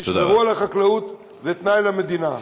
תשמרו על החקלאות, זה תנאי למדינה.